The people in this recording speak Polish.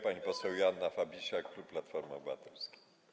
Pani poseł Joanna Fabisiak, klub Platforma Obywatelska.